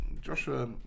Joshua